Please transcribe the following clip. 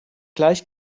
gleich